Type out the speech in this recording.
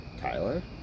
Tyler